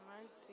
Mercy